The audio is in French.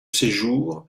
séjour